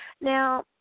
Now